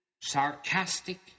sarcastic